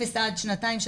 אפס עד שנתיים-שלוש,